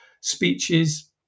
speeches